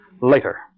later